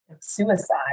suicide